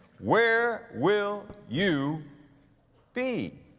where will you be?